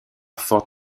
fort